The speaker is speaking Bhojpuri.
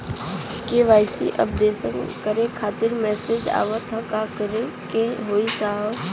के.वाइ.सी अपडेशन करें खातिर मैसेज आवत ह का करे के होई साहब?